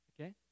okay